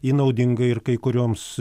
ji naudinga ir kai kurioms